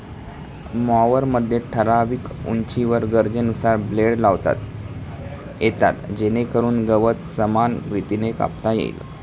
मॉवरमध्ये ठराविक उंचीवर गरजेनुसार ब्लेड लावता येतात जेणेकरून गवत समान रीतीने कापता येईल